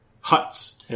huts